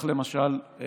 למשל,